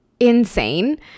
insane